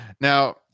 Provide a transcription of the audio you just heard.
Now